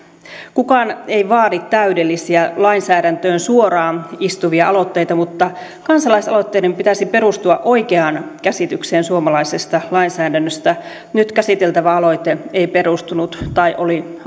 kukaan ei vaadi täydellisiä lainsäädäntöön suoraan istuvia aloitteita mutta kansalaisaloitteiden pitäisi perustua oikeaan käsitykseen suomalaisesta lainsäädännöstä nyt käsiteltävä aloite ei perustunut tai oli